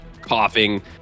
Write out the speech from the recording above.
coughing